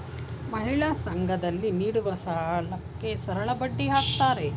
ಮಹಿಳಾ ಸಂಘ ದಲ್ಲಿ ನೀಡುವ ಸಾಲಕ್ಕೆ ಸರಳಬಡ್ಡಿ ಹಾಕ್ತಾರೆ